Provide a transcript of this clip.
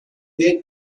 the